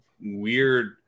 weird